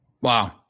Wow